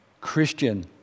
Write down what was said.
christian